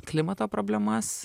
klimato problemas